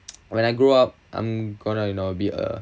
when I grow up I'm going to you know be uh